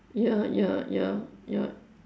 ya ya ya ya